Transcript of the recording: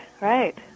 right